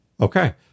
Okay